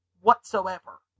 whatsoever